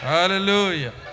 Hallelujah